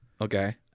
Okay